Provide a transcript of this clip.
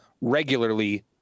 regularly